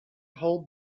whole